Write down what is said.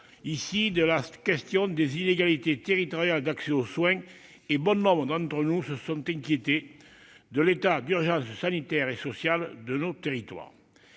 ici de la question des inégalités territoriales d'accès aux soins, et bon nombre d'entre nous se sont alors inquiétés de l'état d'urgence sanitaire et social que connaissent nos territoires.